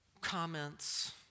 comments